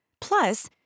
Plus